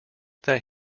that